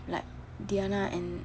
like diana and